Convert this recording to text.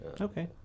Okay